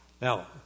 Now